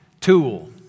tool